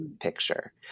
picture